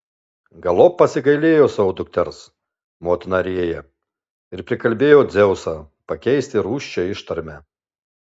galop pasigailėjo savo dukters motina rėja ir prikalbėjo dzeusą pakeisti rūsčią ištarmę